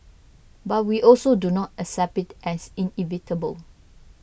but we also do not accept it as inevitable